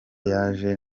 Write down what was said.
yaje